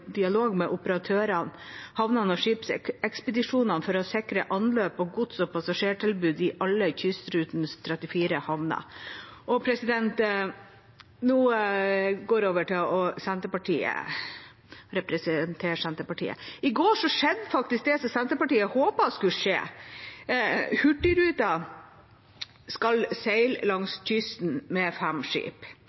dialog med operatørene, havnene og skipsekspedisjonene for å sikre anløp og gods- og passasjertilbud i alle kystrutens 34 havner.» Jeg går nå over til å presentere Senterpartiets syn. I går skjedde faktisk det som Senterpartiet håpet skulle skje. Hurtigruten skal seile langs kysten med fem skip